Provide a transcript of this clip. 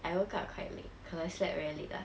I woke up quite late cause I slept very late lah